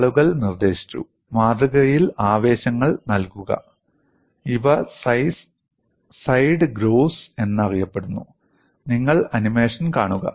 ആളുകൾ നിർദ്ദേശിച്ചു മാതൃകയിൽ ആവേശങ്ങൾ നൽകുക ഇവ സൈഡ് ഗ്രോവ്സ് എന്നറിയപ്പെടുന്നു നിങ്ങൾ ആനിമേഷൻ കാണുക